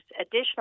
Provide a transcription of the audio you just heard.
additional